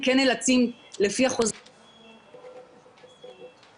הם כן נאלצים לפי החוזה --- תשלומי השכירות.